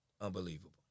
unbelievable